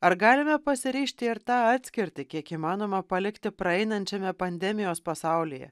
ar galime pasiryžti ir tą atskirtį kiek įmanoma palikti praeinančiame pandemijos pasaulyje